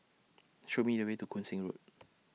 Show Me The Way to Koon Seng Road